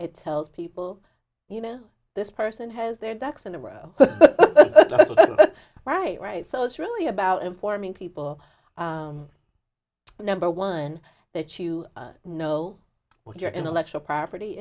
it tells people you know this person has their ducks in a row right right so it's really about informing people and number one that you know what your intellectual property